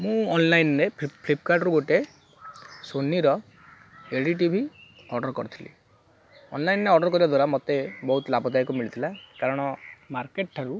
ମୁଁ ଅନ୍ଲାଇନ୍ରେ ଫ୍ଲିପକାର୍ଟରୁ ଗୋଟେ ସୋନିର L E D TV order କରିଥିଲି ଅନଲାଇନ୍ରେ ଅର୍ଡ଼ର୍ କରିବା ଦ୍ୱାରା ମୋତେ ବହୁତ ଲାଭଦାୟକ ମିଳିଥିଲା କାରଣ ମାର୍କେଟ୍ ଠାରୁ